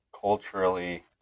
Culturally